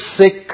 sick